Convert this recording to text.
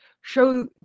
show